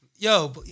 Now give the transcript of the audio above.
Yo